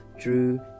drew